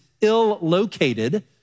ill-located